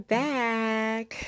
back